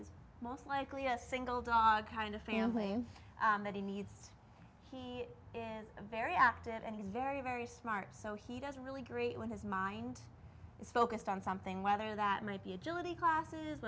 's most likely a single dog kind of family that he needs he is a very active and he's very very smart so he does really great when his mind is focused on something whether that might be agility classes